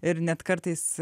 ir net kartais